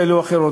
כאלה או אחרות.